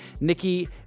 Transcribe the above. Nikki